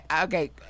Okay